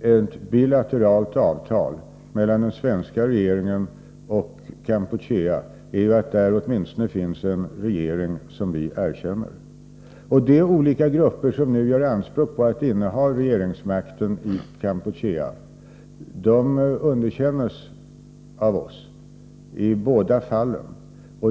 ett bilateralt avtal mellan den svenska regeringen och Kampuchea är att där åtminstone finns en regering som vi erkänner. De olika grupper som nu gör anspråk på att inneha regeringsmakten i Kampuchea underkänns av oss, i båda fallen.